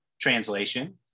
Translation